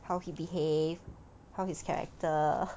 how he behave how his character